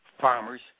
farmers